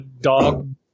dog